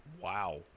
Wow